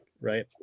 right